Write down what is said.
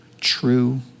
true